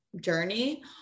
journey